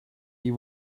die